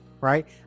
Right